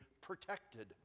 protected